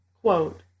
Quote